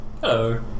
Hello